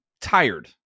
tired